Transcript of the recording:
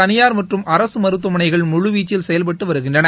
தனியார் மற்றும் அரசு மருத்துவமனைகள் முழுவீச்சில் செயல்பட்டு வருகின்றன